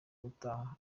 gutaha